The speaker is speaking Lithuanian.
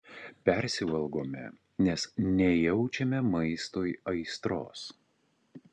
persivalgome nes nejaučiame maistui aistros